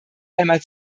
einmal